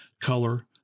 color